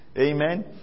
Amen